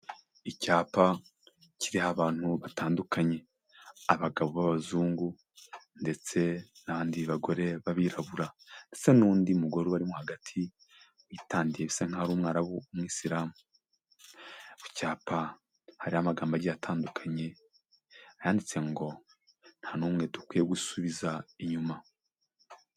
Icyapa kiriho abantu batandukanye, abagabo b'abazungu ndetse n'abandi bagore b'abirabura ndetse n'undi mugore ubarimo hagati witandiye bisa nk'aho ari umwarabu w'umusilamu, ku cyapa hariho amagambo agiye atandukanye yanditse ngo nta n'umwe dukwiye gusubiza inyuma.